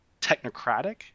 technocratic